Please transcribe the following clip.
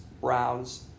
Browns